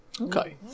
Okay